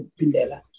Pindela